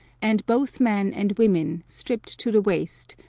and both men and women stripped to the waist,